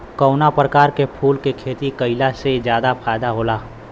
कवना प्रकार के फूल के खेती कइला से ज्यादा फायदा होला?